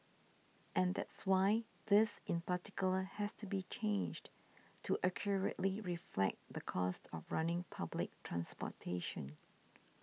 and that's why this in particular has to be changed to accurately reflect the cost of running public transportation